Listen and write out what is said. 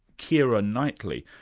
keira knightley,